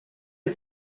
had